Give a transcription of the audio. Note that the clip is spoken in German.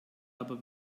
aber